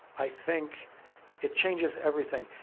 i think it changes everything.